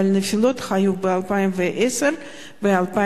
אבל היו נפילות ב-2010 וב-2011.